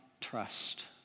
trust